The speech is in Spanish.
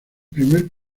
primer